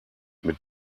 mit